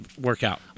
workout